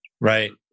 Right